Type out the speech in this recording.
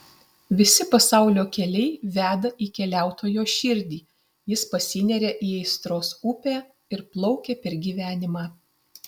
visi pasaulio keliai veda į keliautojo širdį jis pasineria į aistros upę ir plaukia per gyvenimą